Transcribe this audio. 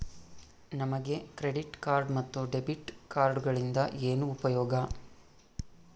ನಮಗೆ credit card ಮತ್ತು debit ಕಾರ್ಡುಗಳಿಂದ ಏನು ಉಪಯೋಗ?